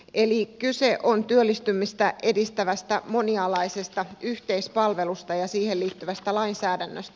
eli kyse on työllistymistä edistävästä monialaisesta yhteispalvelusta ja siihen liittyvästä lainsäädännöstä